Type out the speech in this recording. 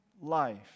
life